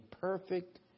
perfect